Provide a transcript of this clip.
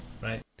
right